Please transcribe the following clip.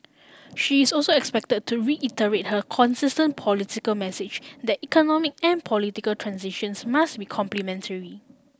she is also expect to reiterate her consistent political message that economic and political transitions must be complementary